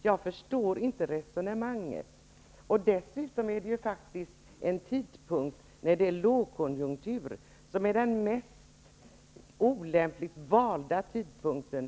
Jag förstår inte resonemanget. Dessutom är det faktiskt en lågkonjunktur, den mest olämpligt valda tidpunkten.